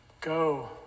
go